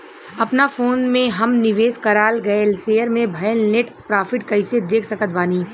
अपना फोन मे हम निवेश कराल गएल शेयर मे भएल नेट प्रॉफ़िट कइसे देख सकत बानी?